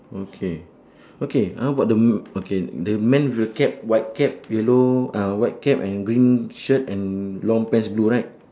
okay okay how about the m~ okay the man with a cap white cap yellow uh white cap and green shirt and long pants blue right